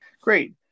Great